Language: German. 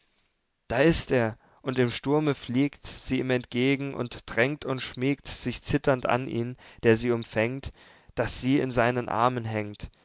da ist er und im sturme fliegt sie ihm entgegen und drängt und schmiegt sich zitternd an ihn der sie umfängt daß sie in seinen armen hängt